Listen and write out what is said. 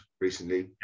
recently